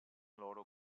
loro